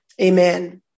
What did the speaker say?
Amen